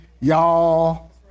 y'all